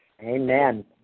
Amen